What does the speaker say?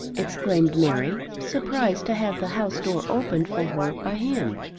exclaimed mary surprised to have the house-door opened for her by him.